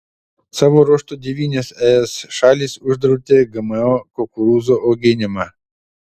savo ruožtu devynios es šalys uždraudė gmo kukurūzų auginimą